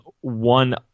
one